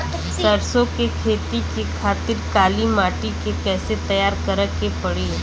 सरसो के खेती के खातिर काली माटी के कैसे तैयार करे के पड़ी?